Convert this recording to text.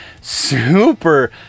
super